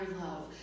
love